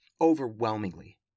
overwhelmingly